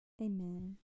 Amen